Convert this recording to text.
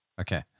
Okay